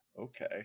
Okay